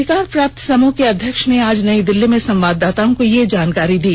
अधिकार प्राप्त समूह के अध्यक्ष ने आज नई दिल्ली में संवाददाताओं को यह जानकारी दी